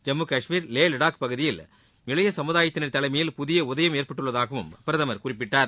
ஜம்மு காஷ்மீர் லே லடாக் பகுதியில் இளைய சமுதாயத்தினர் தலைமையில் புதிய உதயம் ஏற்பட்டுள்ளதாகவும் பிரதமர் குறிப்பிட்டுள்ளார்